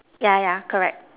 yeah yeah correct